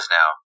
now